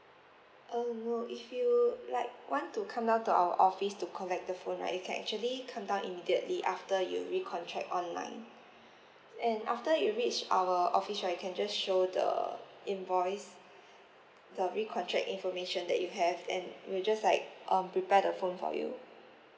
oh no if you like want to come down to our office to collect the phone right you can actually come down immediately after you recontract online and after you reach our office so you can just show the invoice the recontract information that you have and we'll just like um prepare the phone for you